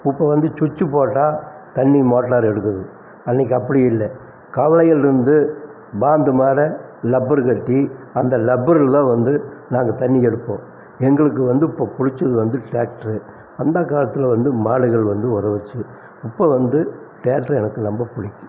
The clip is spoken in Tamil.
இப்போ வந்து சுவிச்சு போட்டால் தண்ணிர் மோட்டார் எடுக்குது அன்றைக்கு அப்படி இல்லை கவளையிலிருந்து மாற ரப்பரு கட்டி அந்த ரப்பருல தான் வந்து நாங்கள் தண்ணிர் எடுப்போம் எங்களுக்கு வந்து இப்போ பிடிச்சது வந்து டிராக்டர் அந்த காலத்தில் வந்து மாடுகள் வந்து உதவுச்சு இப்ப வந்து டிராக்டர் எனக்கு ரொம்ப புடிக்கும்